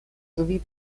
sowie